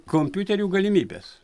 kompiuterių galimybes